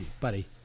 buddy